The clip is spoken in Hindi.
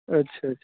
अच्छा अच्छा